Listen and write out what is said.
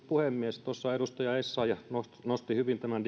puhemies tuossa edustaja essayah nosti nosti hyvin tämän